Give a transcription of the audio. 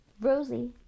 Rosie